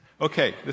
Okay